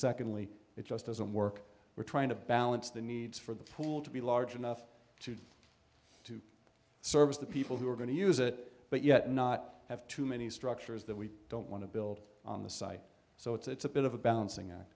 secondly it just doesn't work we're trying to balance the needs for the pool to be large enough to to service the people who are going to use it but yet not have too many structures that we don't want to build on the site so it's a bit of a balancing act